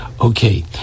Okay